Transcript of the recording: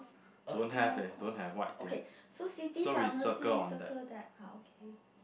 a small coin okay so city pharmacy circle that okay